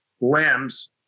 limbs